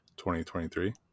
2023